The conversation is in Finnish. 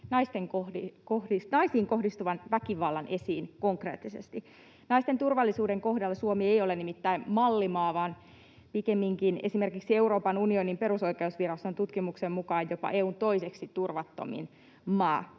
naisiin kohdistuvan väkivallan esiin konkreettisesti. Naisten turvallisuuden kohdalla Suomi ei ole nimittäin mallimaa vaan esimerkiksi Euroopan unionin perusoikeusviraston tutkimuksen mukaan jopa EU:n toiseksi turvattomin maa